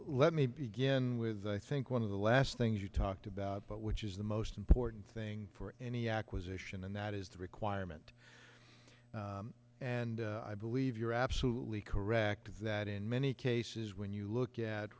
me i think one of the last things you talked about but which is the most important thing for any acquisition and that is the requirement and i believe you're absolutely correct that in many cases when you look at